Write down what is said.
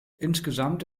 insgesamt